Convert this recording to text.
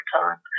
time